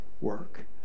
work